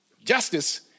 Justice